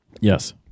Yes